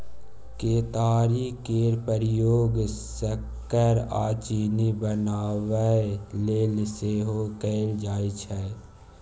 केतारी केर प्रयोग सक्कर आ चीनी बनाबय लेल सेहो कएल जाइ छै